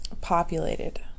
populated